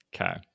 Okay